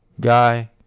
guy